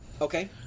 Okay